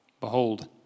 Behold